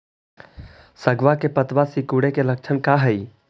सगवा के पत्तवा सिकुड़े के लक्षण का हाई?